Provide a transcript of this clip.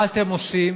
מה אתם עושים